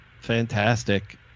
Fantastic